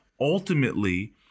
ultimately